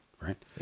right